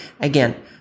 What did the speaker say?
Again